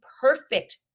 perfect